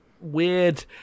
weird